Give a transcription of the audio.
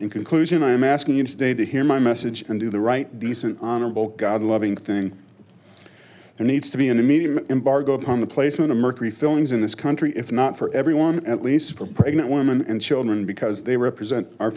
in conclusion i am asking him today to hear my message and do the right decent honorable god loving thing who needs to be in the media embargo upon the placement of mercury fillings in this country if not for everyone at least for pregnant women and children because they represent our